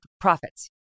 profits